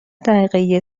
دقیقه